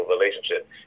relationship